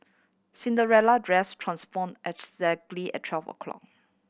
Cinderella dress transformed exactly at twelve o'clock